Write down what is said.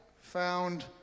found